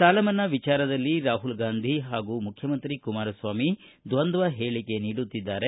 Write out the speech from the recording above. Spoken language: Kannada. ಸಾಲ ಮನ್ನಾ ವಿಚಾರದಲ್ಲಿ ರಾಹುಲ್ ಗಾಂಧಿ ಹಾಗೂ ಮುಖ್ಯಮಂತ್ರಿ ಕುಮಾರಸ್ವಾಮಿ ದ್ವಂದ್ವ ಹೇಳಿಕೆ ನೀಡುತ್ತಿದ್ದಾರೆ